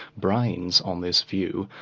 brains, on this view,